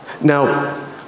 Now